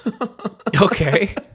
Okay